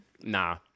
Nah